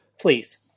please